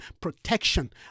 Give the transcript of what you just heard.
protection